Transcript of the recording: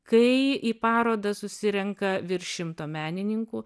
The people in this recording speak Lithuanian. kai į parodą susirenka virš šimto menininkų